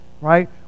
right